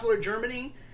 Germany